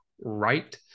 Right